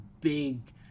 big